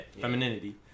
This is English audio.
femininity